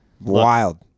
Wild